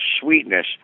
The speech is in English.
sweetness